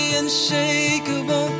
unshakable